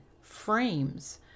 frames